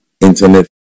internet